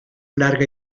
larga